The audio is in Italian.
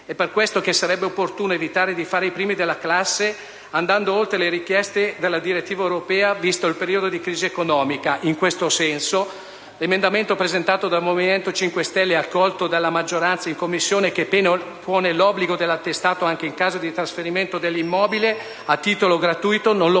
È per questo che sarebbe opportuno evitare di fare i primi della classe andando oltre le richieste della direttiva europea, visto il periodo di crisi economica. In questo senso, l'emendamento presentato dal Movimento 5 Stelle e accolto dalla maggioranza in Commissione, che pone l'obbligo dell'attestato anche in caso di trasferimento di immobile a titolo gratuito, non lo